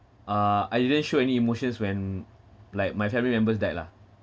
uh I didn't show any emotions when like my family members died lah